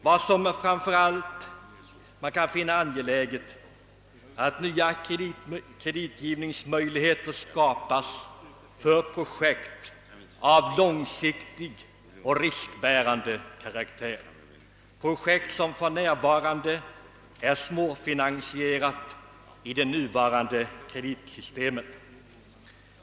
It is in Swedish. Vad man framför allt finner angeläget är att nya kreditgivningsmöjligheter skapas för projekt av långsiktig och riskbärande karaktär, projekt som är svårfinansierade med nuvarande kreditsystem.